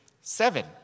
seven